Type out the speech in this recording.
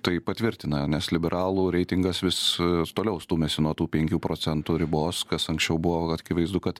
tai patvirtina nes liberalų reitingas vis toliau stūmėsi nuo tų penkių procentų ribos kas anksčiau buvo akivaizdu kad